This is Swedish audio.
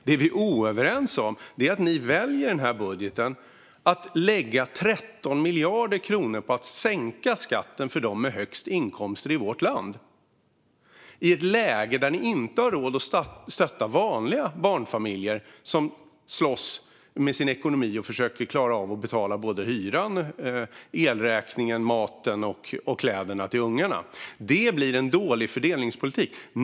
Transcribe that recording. Det vi inte är överens om är att regeringen i sin budget väljer att lägga 13 miljarder kronor på att sänka skatten för dem med högst inkomster i vårt land i ett läge där man inte har råd att stötta vanliga barnfamiljer som kämpar med sin ekonomi och försöker klara av att betala såväl hyran och elräkningen som maten och kläderna till ungarna. Det blir en dålig fördelningspolitik.